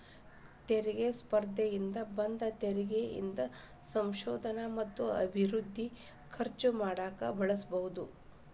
ತೆರಿಗೆ ಸ್ಪರ್ಧೆಯಿಂದ ಬಂದ ತೆರಿಗಿ ಇಂದ ಸಂಶೋಧನೆ ಮತ್ತ ಅಭಿವೃದ್ಧಿಗೆ ಖರ್ಚು ಮಾಡಕ ಬಳಸಬೋದ್